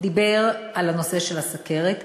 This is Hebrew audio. דיבר על הנושא של הסוכרת,